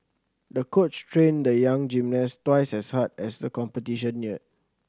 the coach trained the young gymnast twice as hard as the competition neared